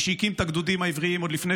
שמי שהקים את הגדודים העבריים עוד לפני